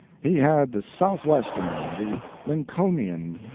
he had the southwestern, the lincolnian,